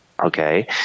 Okay